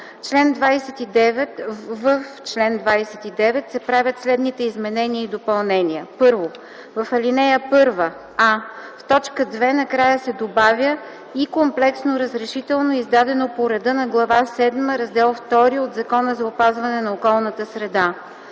В чл. 29 се правят следните изменения и допълнения: 1. В ал. 1: а) в т. 2 накрая се добавя „и комплексно разрешително, издадено по реда на Глава седма, Раздел ІІ от Закона за опазване на околната среда”;